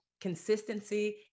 consistency